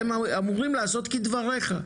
והם אמורים לעשות כדבריך.